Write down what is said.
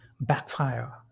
backfire